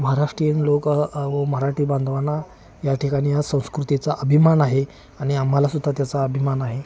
महाराष्ट्रीयन लोक व मराठी बांधवांना या ठिकाणी या संस्कृतीचा अभिमान आहे आणि आम्हालासुद्धा त्याचा अभिमान आहे